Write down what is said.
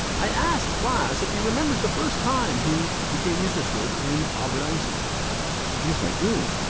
i asked glass if he remembers the first time he became interested in albert einstein yes, i do.